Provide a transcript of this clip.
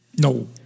No